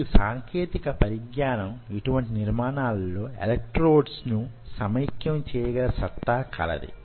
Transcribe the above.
ఈ సాంకేతిక పరిజ్ఞానం యిటువంటి నిర్మాణాల్లో ఎలక్ట్రోడ్స్ ను సమైక్యం చేయగల సత్తా కలది